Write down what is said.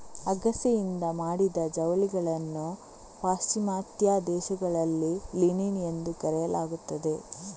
ಅಗಸೆಯಿಂದ ಮಾಡಿದ ಜವಳಿಗಳನ್ನು ಪಾಶ್ಚಿಮಾತ್ಯ ದೇಶಗಳಲ್ಲಿ ಲಿನಿನ್ ಎಂದು ಕರೆಯಲಾಗುತ್ತದೆ